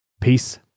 Peace